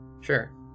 Sure